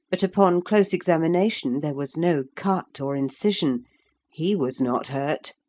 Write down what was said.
but, upon close examination, there was no cut or incision he was not hurt.